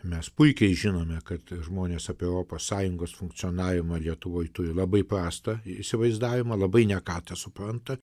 mes puikiai žinome kad žmonės apie europos sąjungos funkcionavimą lietuvoj turi labai pastą įsivaizdavimą labai ne ką tesupranta